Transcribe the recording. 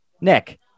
Nick